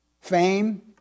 fame